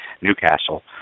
Newcastle